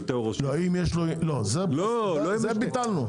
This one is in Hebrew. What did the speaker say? לא, זה ביטלנו.